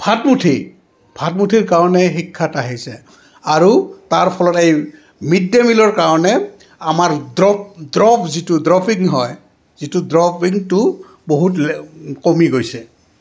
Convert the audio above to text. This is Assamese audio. ভাতমুঠি ভাতমুঠিৰ কাৰণে শিক্ষাত আহিছে আৰু তাৰ ফলত এই মিড ডে' মিলৰ কাৰণে আমাৰ ড্ৰপ ড্ৰপ যিটো ড্ৰপিং হয় যিটো ড্ৰপিংটো বহুত কমি গৈছে